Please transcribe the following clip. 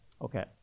Okay